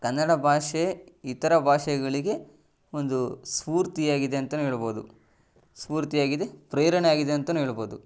ಕನ್ನಡ ಭಾಷೆ ಇತರ ಭಾಷೆಗಳಿಗೆ ಒಂದು ಸ್ಪೂರ್ತಿಯಾಗಿದೆ ಅಂತನೂ ಹೇಳ್ಬೋದು ಸ್ಪೂರ್ತಿಯಾಗಿದೆ ಪ್ರೇರಣೆ ಆಗಿದೆ ಅಂತನೂ ಹೇಳ್ಬೋದು